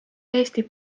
eesti